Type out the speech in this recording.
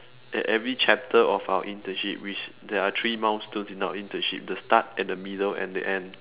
at every chapter of our internship which there are three milestones in our internship the start and the middle and the end